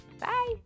bye